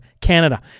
Canada